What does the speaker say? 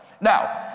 Now